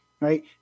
right